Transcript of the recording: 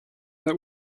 that